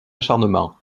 acharnement